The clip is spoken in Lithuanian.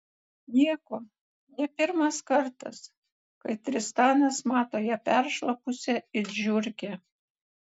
nieko ne pirmas kartas kai tristanas mato ją peršlapusią it žiurkę